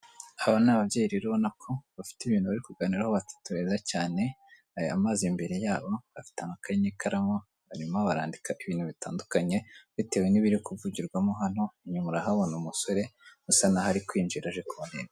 Aba ni ababyeyi rero urabona ko bafite ibintu bari kuganiraraho batatu beza cyane. Hari amazi imbere yabo, bafite amakaye n'ikaramu, hanyuma barandika ibintu bitandukanye bitewe n'ibiri kuvugirwamo hano, inyuma urahabona umusore usa n'aho ari kwinjira aje kubareba.